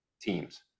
teams